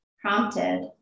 prompted